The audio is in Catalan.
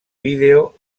vídeo